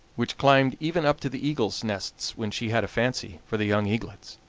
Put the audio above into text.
which climbed even up to the eagles' nests when she had a fancy for the young eaglets.